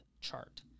chart